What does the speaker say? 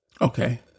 Okay